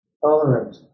tolerant